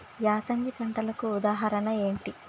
యాసంగి పంటలకు ఉదాహరణ ఏంటి?